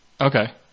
Okay